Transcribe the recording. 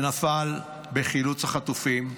שנפל בחילוץ החטופים,